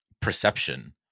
perception